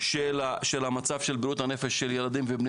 של המצב של בריאות הנפש של ילדים ובני